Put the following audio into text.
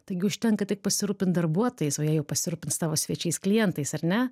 taigi užtenka tik pasirūpint darbuotojais o jie jau pasirūpins tavo svečiais klientais ar ne